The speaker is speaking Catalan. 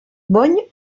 bony